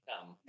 Come